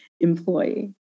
employee